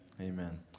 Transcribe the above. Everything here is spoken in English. Amen